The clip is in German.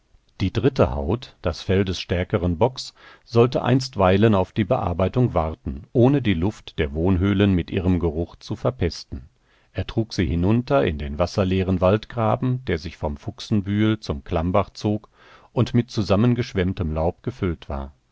die dritte haut das fell des stärkeren bocks sollte einstweilen auf die bearbeitung warten ohne die luft der wohnhöhlen mit ihrem geruch zu verpesten er trug sie hinunter in den wasserleeren waldgraben der sich vom fuchsenbühel zum klammbach zog und mit zusammengeschwemmtem laub gefüllt war